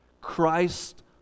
Christ